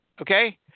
Okay